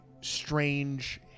strange